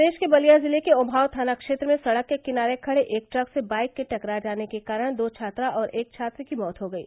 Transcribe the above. प्रदेश के बलिया जिले के ओमांव थाना क्षेत्र में सड़क के किनारे खड़े एक ट्रक से बाईक के टकरा जाने के कारण दो छात्रा और एक छात्र की मौत हो गयी